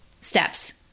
steps